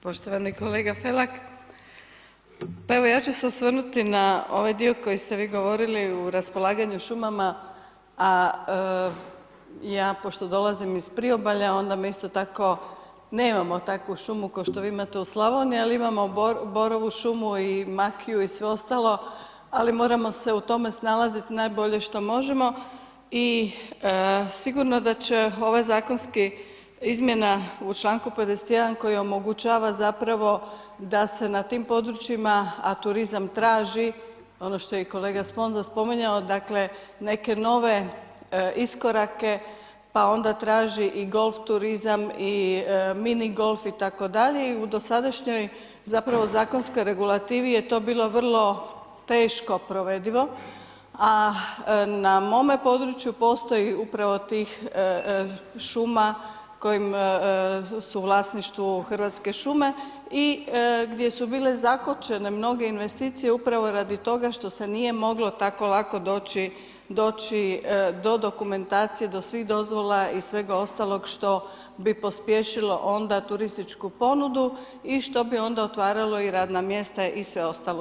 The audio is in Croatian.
Poštovani kolega Felak, evo ja ću se osvrnuti na ovaj dio koji ste vi govorili u raspolaganju šumama, a ja pošto dolazi iz priobalja, onda me isto tako nemamo takvu šumu kao što vi imate u Slavoniji, ali imamo borovu šumu i makiju i sve ostalo, ali moramo se u tome snalaziti najbolje što možemo i sigurno da će ova zakonska izmjena u čl. 51. koji omogućava zapravo da se na tim područjima, a turizam traži, ono što je i kolega Sponza spominjao, dakle, neke nove iskorake, pa onda traži i golf turizam i mini-golf itd. i u dosadašnjoj zakonskoj regulativi je to bilo vrlo teško provedivo, a na mome području postoji upravo tih šuma koje su u vlasništvu Hrvatske šume i gdje su bile zakočene mnoge investicije upravo radi toga što se nije moglo tako lako doći do dokumentacije, do svih dozvola i svega ostaloga što bi pospješilo onda turističku ponudu i što bi onda otvaralo i radna mjesta i sve ostalo.